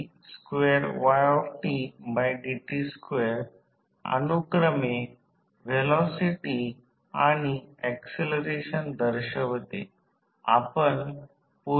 हे या वाइंडिंग साठी व्होल्ट अॅम्पीयर रेटिंग आहे जसे की 2 वेन्डिंग्ज या मार्गाने वेगळ्या आहेत कल्पना करा आणि व्हॉल्टेज V2 I2 I1 आहे व्होल्ट एम्पीयर रेटिंग असल्यास दोन्ही एकसारखे असणे आवश्यक आहे